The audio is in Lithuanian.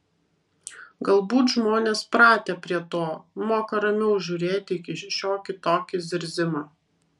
galbūt žmonės pratę prie to moka ramiau žiūrėti į šiokį tokį zirzimą